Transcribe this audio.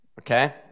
Okay